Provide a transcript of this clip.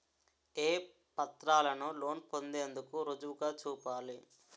ఏ పత్రాలను లోన్ పొందేందుకు రుజువుగా చూపాలి?